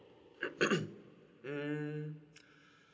mm